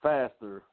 Faster